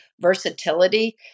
versatility